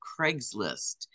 Craigslist